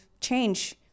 change